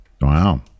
Wow